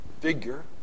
figure